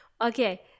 Okay